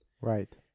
Right